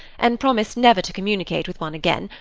and promised never to communicate with one again,